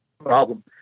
problem